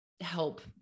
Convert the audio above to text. help